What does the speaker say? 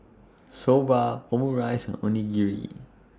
Soba Omurice and Onierei